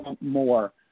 more